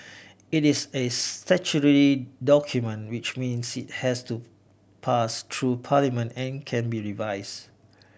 it is a statutory document which means it has to pass through Parliament and can be revise